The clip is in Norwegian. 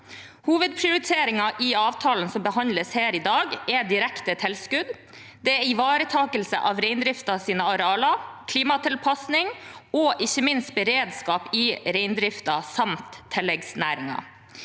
Hovedprioriteringene i avtalen som behandles her i dag, er direkte tilskudd, det er ivaretakelse av reindriftens arealer, klimatilpasning og ikke minst beredskap i reindriften samt tilleggsnæringer.